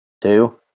two